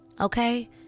Okay